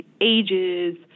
ages